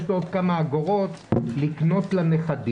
יש לו עוד כמה אגורות לקנות לנכדים.